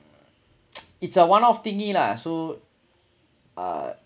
it's a one off tingy lah so uh